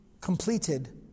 completed